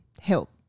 help